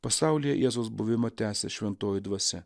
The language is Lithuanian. pasaulyje jėzaus buvimą tęsia šventoji dvasia